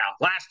Last